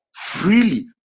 freely